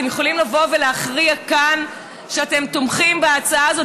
אתם יכולים לבוא ולהכריע כאן שאתם תומכים בהצעה הזאת,